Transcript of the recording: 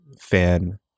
fan